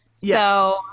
Yes